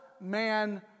man